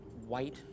white